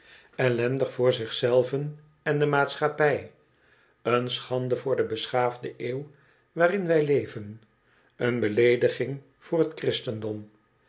ellendig voor zich zclven en de maatschappij een schande voor de beschaafde eeuw waarin wij leven een beleediging voor het christendom